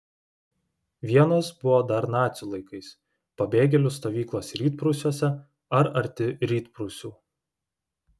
vienos buvo dar nacių laikais pabėgėlių stovyklos rytprūsiuose ar arti rytprūsių